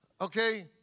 Okay